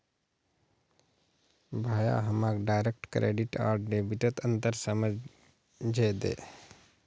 भाया हमाक direct credit आर डेबिटत अंतर समझइ दे